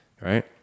right